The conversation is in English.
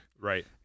Right